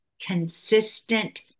consistent